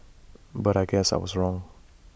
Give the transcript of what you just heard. but I guess I was wrong